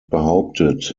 behauptet